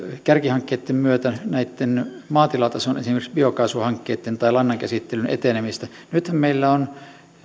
kärkihankkeitten myötä esimerkiksi maatilatason biokaasuhankkeitten tai lannankäsittelyn etenemisestä nythän meillä on